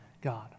God